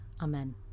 Amen